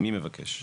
מי מבקש?